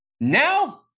now